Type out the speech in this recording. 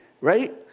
right